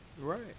Right